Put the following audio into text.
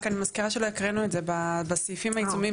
רק אני מזכירה שלא הקראנו את זה בסעיפים העיצומיים.